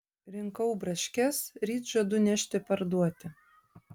rinkau braškes ryt žadu nešti parduoti